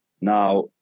Now